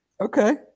Okay